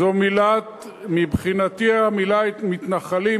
מבחינתי המלה מתנחלים,